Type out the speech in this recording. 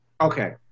Okay